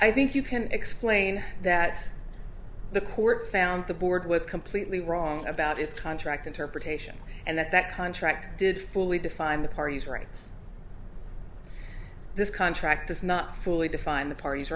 i think you can explain that the court found the board was completely wrong about its contract interpretation and that that contract did fully define the party's rights this contract is not fully defined the parties